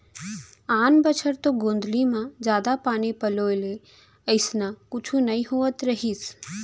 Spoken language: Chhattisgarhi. आन बछर तो गोंदली म जादा पानी पलोय ले अइसना कुछु नइ होवत रहिस